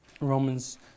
Romans